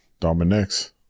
Dominic's